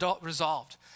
resolved